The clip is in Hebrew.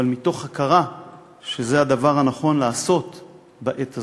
אבל מתוך הכרה שזה הדבר הנכון לעשות בעת הזאת.